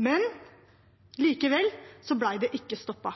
men likevel ble det ikke stoppet.